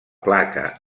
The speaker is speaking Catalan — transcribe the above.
placa